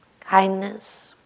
kindness